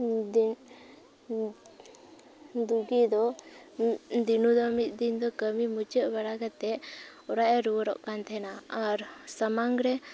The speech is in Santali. ᱫᱤᱱ ᱫᱩᱜᱤ ᱫᱚ ᱫᱤᱱᱩ ᱫᱚ ᱢᱤᱫ ᱫᱤᱱ ᱫᱚ ᱠᱟᱹᱢᱤ ᱢᱩᱪᱟᱹᱫ ᱵᱟᱲᱟ ᱠᱟᱛᱮᱜ ᱚᱲᱟᱜᱼᱮ ᱨᱩᱭᱟᱹᱨᱚᱜ ᱠᱟᱱ ᱛᱟᱦᱮᱱᱟ ᱟᱨ ᱥᱟᱢᱟᱝ ᱨᱮ